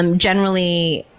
um generally,